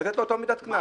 לתת לו אותה מידת קנס.